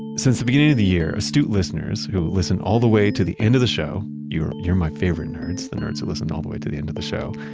since the beginning of the year, astute listeners, who listen all the way to the end of the show, you're you're my favorite nerds, the nerds who listen to all the way to the end of the show,